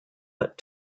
but